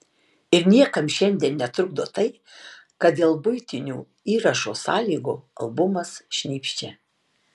ir niekam šiandien netrukdo tai kad dėl buitinių įrašo sąlygų albumas šnypščia